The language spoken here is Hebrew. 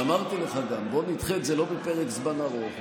וגם אמרתי לך: בוא נדחה את זה, לא בפרק זמן ארוך.